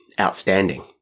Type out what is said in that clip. outstanding